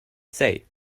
say